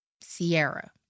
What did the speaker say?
Sierra